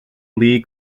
lee